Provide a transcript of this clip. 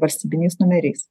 valstybiniais numeriais